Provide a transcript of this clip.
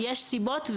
יש סיבות.